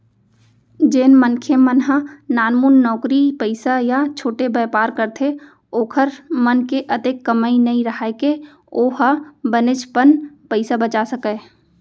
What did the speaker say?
जेन मनखे मन ह नानमुन नउकरी पइसा या छोटे बयपार करथे ओखर मन के अतेक कमई नइ राहय के ओ ह बनेचपन पइसा बचा सकय